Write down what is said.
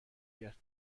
کرد